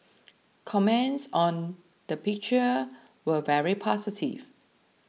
comments on the picture were very positive